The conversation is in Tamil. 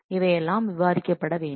இவையெல்லாம் விவாதிக்கப்பட வேண்டும்